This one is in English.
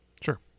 Sure